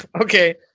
Okay